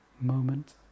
moment